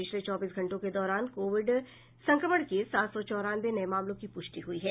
पिछले चौबीस घंटों के दौरान कोविड संक्रमण के सात सौ चौरानवे नये मामलों की पुष्टि हुई है